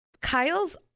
Kyle's